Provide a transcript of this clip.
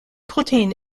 protéine